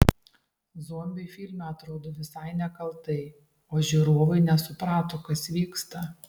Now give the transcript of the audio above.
zombiai filme atrodė visai nekaltai o žiūrovai nesuprato kas vyksta